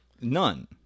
None